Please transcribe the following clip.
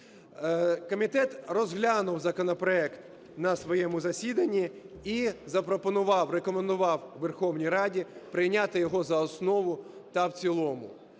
Комітет розглянув законопроект на своєму засідання і запропонував, рекомендував Верховній Раді прийняти його за основу та в цілому.